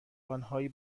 آنهایی